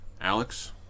Alex